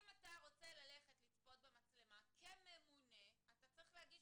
אם אתה רוצה ללכת לצפות במצלמה כממונה אתה צריך להגיש